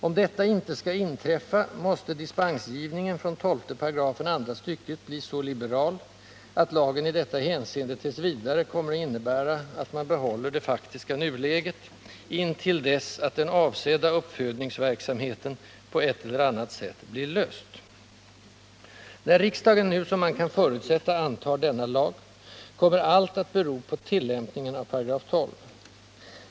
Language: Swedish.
Om detta inte skall inträffa måste dispensgivningen från 12 § andra stycket bli så liberal att lagen i detta hänseende kommer att innebära att man behåller det faktiska nuläget intill dess frågan om den avsedda uppfödningsverksamheten på ett eller annat sätt blir löst. När riksdagen nu — som man kan förutsätta — antar denna lag kommer allt att bero på tillämpningen av 12 §.